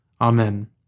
Amen